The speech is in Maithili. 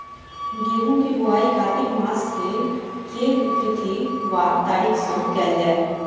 गेंहूँ केँ बोवाई कातिक मास केँ के तिथि वा तारीक सँ कैल जाए?